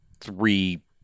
three